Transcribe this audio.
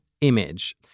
image